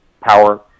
power